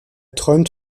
träumt